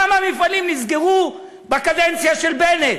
כמה מפעלים נסגרו בקדנציה של בנט